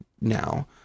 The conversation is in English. now